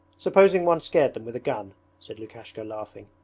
supposing one scared them with a gun said lukashka, laughing,